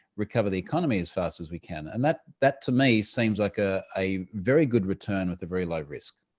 recover the economy as fast as we can. and that that to me seems like ah a very good return with a very low risk.